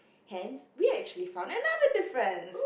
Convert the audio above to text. hands we actually found another difference